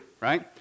right